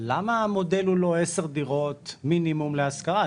למה המודל הוא לא 10 דירות מינימום להשכרה?